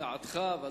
דעתך היא דעתך, אבל